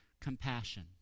compassion